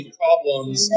problems